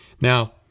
Now